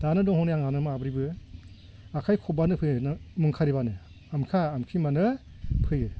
दानो दङ हनै आंहानो माब्रैबो आखाय खबबानो फैयो ना मुं खारिबानो आमोखा आमोखि होनबानो फैयो